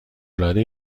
العاده